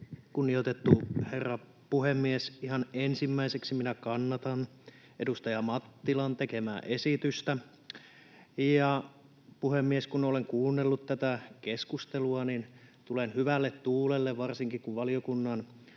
Kunnioitettu herra puhemies! Ihan ensimmäiseksi minä kannatan edustaja Mattilan tekemää esitystä. Ja, puhemies, kun olen kuunnellut tätä keskustelua, niin tulen hyvälle tuulelle. Varsinkin, kun valiokunnan